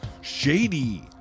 Shady